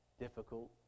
difficult